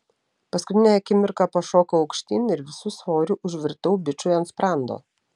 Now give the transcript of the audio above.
paskutinę akimirką pašokau aukštyn ir visu svoriu užvirtau bičui ant sprando